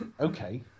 okay